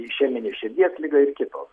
išeminė širdies liga ir kitos